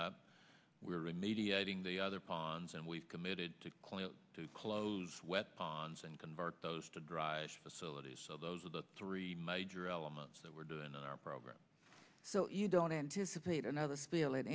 immediate ing the other ponds and we've committed to to close wet ponds and convert those to dry facilities so those are the three major elements that we're doing on our program so you don't anticipate another s